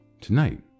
Tonight